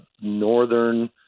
Northern